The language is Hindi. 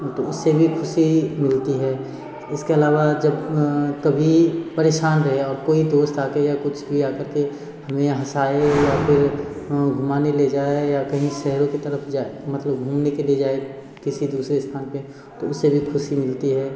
तो उससे भी ख़ुशी मिलती है इसके अलावा जब कभी परेशान रहे और कोई दोस्त आ के या कुछ भी आ कर के हमें हंसाए या फिर घुमाने ले जाए या कहीं शेहरों की तरफ़ जाए मतलब घूमने के लिए जाए किसी दुसरे स्थान पर तो उससे भी ख़ुशी मिलती है